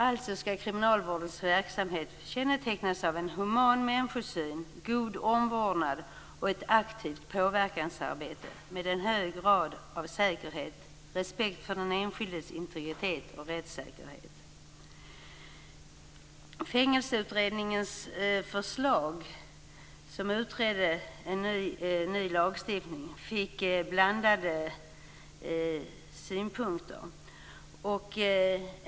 Alltså skall kriminalvårdens verksamhet kännetecknas av en human människosyn, god omvårdnad och ett aktivt påverkansarbete med en hög grad av säkerhet, respekt för den enskildes integritet och rättssäkerhet. Fängelseutredningen hade till uppgift att utreda en ny lagstiftning och fick blandade synpunkter.